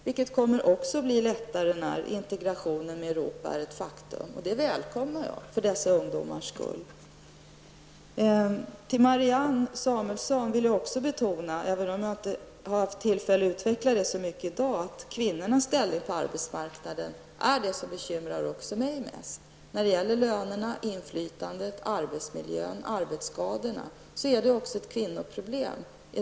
Detta kommer också att bli lättare när integrationen i Europa är ett faktum, och det välkomnar jag för dessa ungdomars skull. För Marianne Samuelsson vill jag också betona, även om jag i dag inte har haft tillfälle att utveckla det så mycket, att kvinnornas ställning på arbetsmarknaden är det som bekymrar också mig mest. Lönerna, inflytandet, arbetsmiljön och arbetsskadorna är i dag också ett kvinnoproblem.